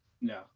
no